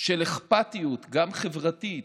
של אכפתיות, גם חברתית,